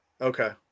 Okay